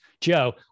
Joe